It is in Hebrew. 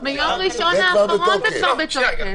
זה כבר בתוקף.